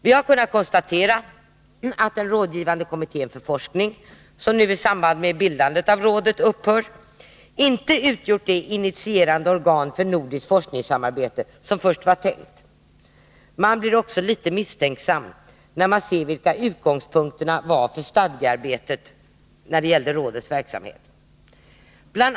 Vi har kunnat konstatera att den rådgivande kommittén för forskning, som nu har upphört i samband med bildandet av rådet, inte utgjort det initierande organ för nordiskt forskningssamarbete som först var tänkt. Man blir också litet misstänksam när man ser vilka utgångspunkterna för stadgearbetet var när det gällde rådets verksamhet. Bl.